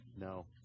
No